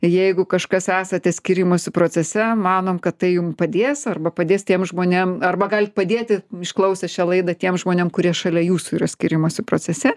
jeigu kažkas esate skyrimosi procese manom kad tai jum padės arba padės tiem žmonėm arba galit padėti išklausę šią laidą tiem žmonėm kurie šalia jūsų yra skyrimosi procese